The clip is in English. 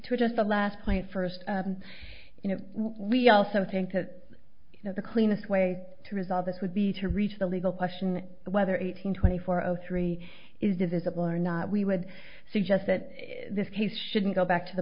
to just the last point first you know we also seem to know the cleanest way to resolve this would be to reach the legal question whether eighteen twenty four zero three is divisible or not we would suggest that this case shouldn't go back t